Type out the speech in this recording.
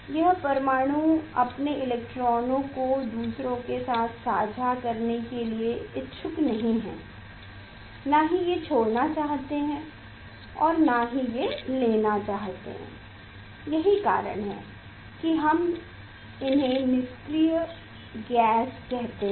यह परमाणु अपने इलेक्ट्रॉनों को दूसरों के साथ साझा करने के लिए इच्छुक नहीं हैं ना ही ये छोड़ना चाहते हैं या ना हीं लेना चाहते हैं यही कारण है कि हम इन्हें निष्क्रिय गैस कहते है